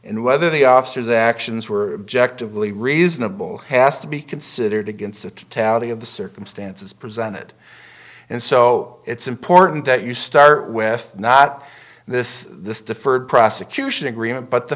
and whether the officer's actions were objective really reasonable has to be considered against the tally of the circumstances presented and so it's important that you start with not this this deferred prosecution agreement but the